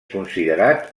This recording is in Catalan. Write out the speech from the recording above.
considerat